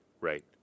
right